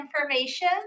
information